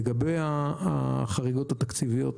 לגבי החריגות התקציביות.